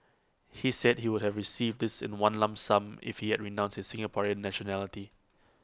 he said he would have received this in one lump sum if he had renounced his Singaporean nationality